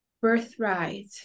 birthright